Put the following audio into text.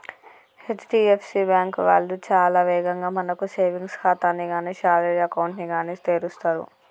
HDFC bank వాళ్ళు చాలా వేగంగా మనకు సేవింగ్స్ ఖాతాని గానీ శాలరీ అకౌంట్ ని గానీ తెరుస్తరు